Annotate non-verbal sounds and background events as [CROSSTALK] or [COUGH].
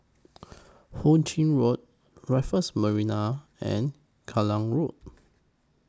[NOISE] Hu Ching Road Raffles Marina and Klang Road